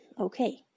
okay